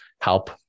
help